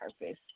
purpose